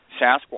Sasquatch